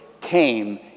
came